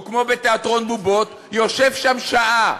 או כמו בתיאטרון בובות, יושב שם שעה,